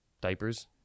Diapers